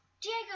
Diego